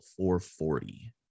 440